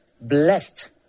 blessed